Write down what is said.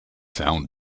sound